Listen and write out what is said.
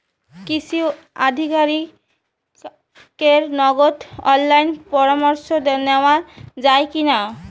কৃষি আধিকারিকের নগদ অনলাইন পরামর্শ নেওয়া যায় কি না?